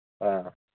ꯑꯥ